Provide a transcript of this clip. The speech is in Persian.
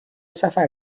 سفر